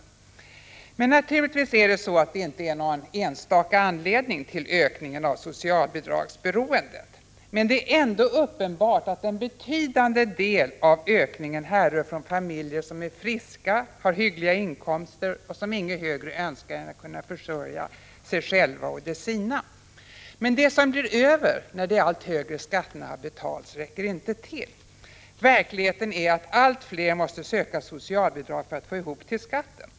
Det finns naturligtvis inte endast en anledning till ökningen av socialbidragsberoendet, men det är ändå uppenbart att en betydande del av ökningen härrör från familjer som är friska, har hyggliga inkomster och inget högre önskar än att kunna försörja sig själva och de sina. Det som blir över när de allt högre skatterna har betalats räcker emellertid inte. Verkligheten är att allt fler måste söka socialbidrag för att få ihop till skatten.